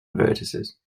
vertices